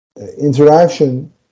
interaction